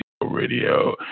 Radio